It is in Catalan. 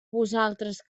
vosaltres